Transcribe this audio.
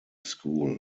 school